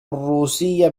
الروسية